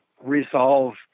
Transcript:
resolve